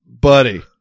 Buddy